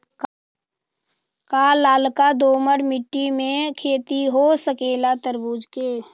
का लालका दोमर मिट्टी में खेती हो सकेला तरबूज के?